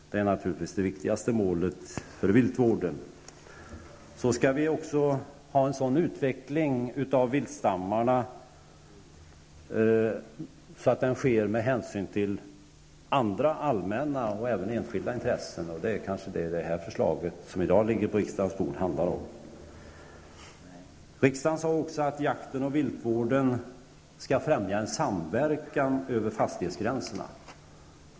Andra mål som riksdagen slog fast, förutom detta, var att vi också skall ha en sådan utveckling av viltstammarna att den sker med hänsyn till andra allmänna och även enskilda intressen. Det är kanske detta som det förslag som i dag ligger på riksdagens bord handlar om. Riksdagen slog också fast att jakten och viltvården skall främja en samverkan över fastighetsgränserna.